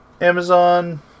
Amazon